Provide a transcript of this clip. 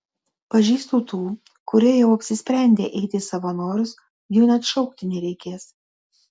pažįstu tų kurie jau apsisprendę eiti į savanorius jų net šaukti nereikės